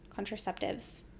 contraceptives